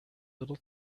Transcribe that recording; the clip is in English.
little